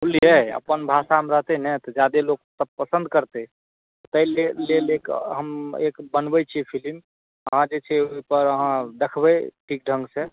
बुझलियै अपन भाषामे रहतै ने तऽ ज्यादे लोकसभ पसन्द करतै ताहि ले लेल एक हम एक बनबै छियै फिल्म अहाँ जे छै ओहिपर अहाँ देखबै ठीक ढङ्गसँ